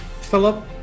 Philip